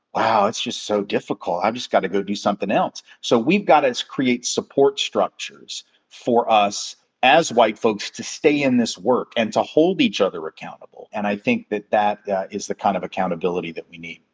wow, it's just so difficult. i've just gotta go do something else. so we've gotta create support structures for us as white folks to stay in this work and to hold each other accountable. and i think that that that is the kind of accountability that we need.